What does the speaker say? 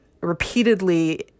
repeatedly